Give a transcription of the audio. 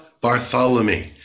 Bartholomew